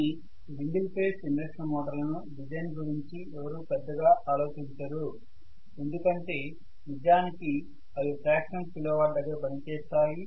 కానీ ఈ single phase induction motor లను డిజైన్ గురించి ఎవరూ పెద్దగా ఆలోచించరు ఎందుకంటే నిజానికి అవి ఫ్రాక్షనల్ కిలోవాట్ దగ్గర పనిచేస్తాయి